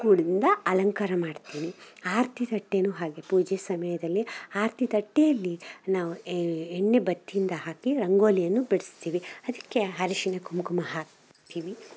ಕೂಡಿದ ಅಲಂಕಾರ ಮಾಡ್ತೀನಿ ಆರತಿ ತಟ್ಟೇನೂ ಹಾಗೆ ಪೂಜೆ ಸಮಯದಲ್ಲಿ ಆರತಿ ತಟ್ಟೆಯಲ್ಲಿ ನಾವು ಎಣ್ಣೆ ಬತ್ತಿಯಿಂದ ಹಾಕಿ ರಂಗೋಲಿಯನ್ನು ಬಿಡಿಸ್ತೀವಿ ಅದಕ್ಕೆ ಅರಶಿಣ ಕುಂಕುಮ ಹಾಕ್ತೀವಿ